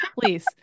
please